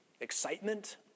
Excitement